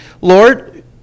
Lord